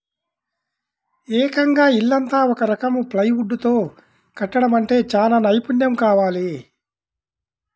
ఏకంగా ఇల్లంతా ఒక రకం ప్లైవుడ్ తో కట్టడమంటే చానా నైపున్నెం కావాలి